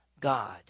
God